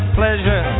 pleasure